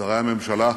שרי הממשלה,